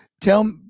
Tell